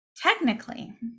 Technically